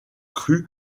cru